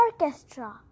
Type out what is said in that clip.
orchestra